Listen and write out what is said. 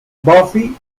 buffy